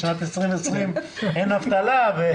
בשנת 2020 אין אבטלה.